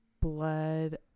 blood